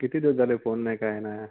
किती दिवस झाले फोन नाही काही नाही